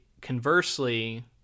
conversely